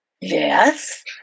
yes